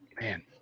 Man